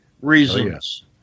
reasons